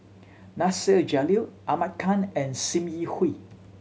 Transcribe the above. Nasir Jalil Ahmad Khan and Sim Yi Hui